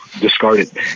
discarded